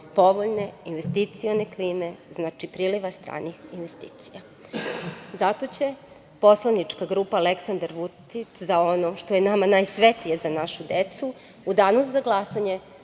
povoljne investicione klime u Republici Srbiji, znači priliva stranih investicija. Zato će poslanička grupa Aleksandar Vučić, za ono što je nama najsvetije – za našu decu, u danu za glasanje